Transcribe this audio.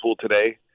today